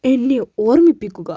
എന്നെ ഓർമ്മിപ്പിക്കുക